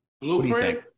blueprint